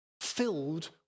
filled